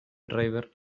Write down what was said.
driver